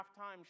halftime